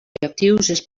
radioactius